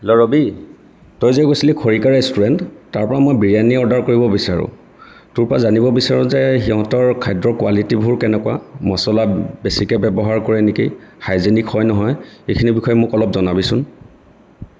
hello Robi তই যে কৈছিলি খৰিকা ৰেষ্টুৰেণ্ট তাৰ পৰা মই বিৰিয়ানী অৰ্ডাৰ কৰিব বিচাৰোঁ তোৰ পৰা জানিব বিচাৰোঁ যে সিহঁতৰ খাদ্যৰ কোৱালিটীবোৰ কেনেকুৱা মছলা বেছিকৈ ব্যৱহাৰ কৰে নেকি হাইজেনিক হয় নে নহয় এইখিনিৰ বিষয়ে মোক অলপ জনাবিচোন